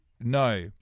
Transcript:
no